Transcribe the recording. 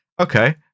okay